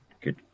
good